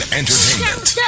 entertainment